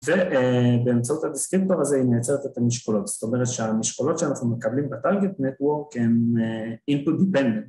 ובאמצעות הדיסקרימפור הזה היא מייצרת את המשקולות זאת אומרת שהמשקולות שאנחנו מקבלים בטלגט נטוורק הם input dependent